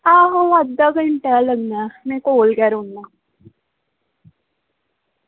आहो अद्धा घैंटा लग्गना में कोल गै रौह्ना